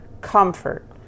comfort